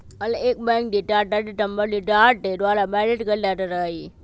हर एक बैंक के खाता के सम्बन्धित ग्राहक के द्वारा मैनेज कइल जा हई